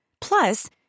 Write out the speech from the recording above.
Plus